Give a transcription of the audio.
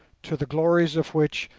to the glories of which,